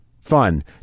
fun